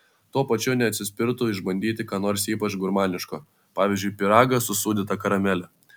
tuo pačiu neatsispirtų išbandyti ką nors ypač gurmaniško pavyzdžiui pyragą su sūdyta karamele